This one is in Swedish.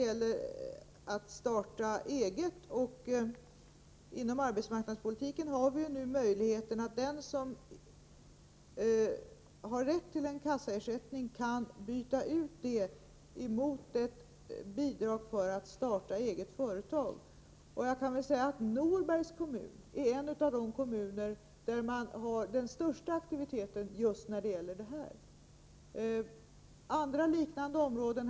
Inom ramen för arbetsmarknadspolitiken kan den som har rätt till A-kasseersättning byta ut den ersättningen mot ett bidrag för att starta eget företag. Norbergs kommun är en av de kommuner som har den största aktiviteten på det området.